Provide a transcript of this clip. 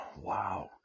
Wow